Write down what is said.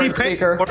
speaker